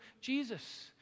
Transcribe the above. Jesus